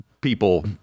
people